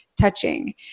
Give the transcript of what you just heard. touching